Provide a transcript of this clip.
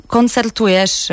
Koncertujesz